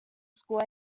score